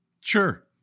Sure